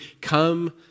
come